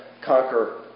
conquer